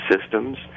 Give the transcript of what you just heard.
systems